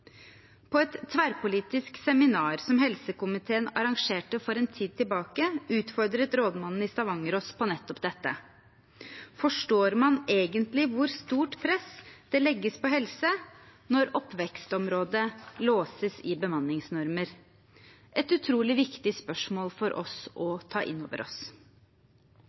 På et tverrpolitisk seminar som helsekomiteen arrangerte for en tid siden, utfordret rådmannen i Stavanger oss på nettopp dette: Forstår man egentlig hvor stort press som legges på helse når oppvekstområdet låses i bemanningsnormer? Det er et utrolig viktig spørsmål for oss å ta inn over oss.